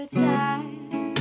time